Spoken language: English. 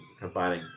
combining